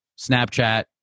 Snapchat